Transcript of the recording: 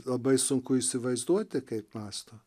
labai sunku įsivaizduoti kaip mąsto